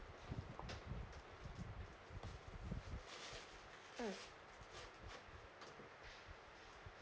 mm